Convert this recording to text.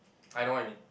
I know what you mean